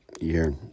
year